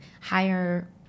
higher